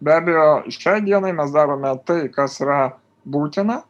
be abejo šiai dienai mes darome tai kas yra būtina